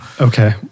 Okay